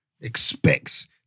Expects